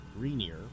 Greenier